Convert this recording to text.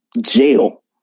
jail